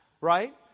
right